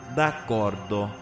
D'accordo